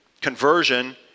Conversion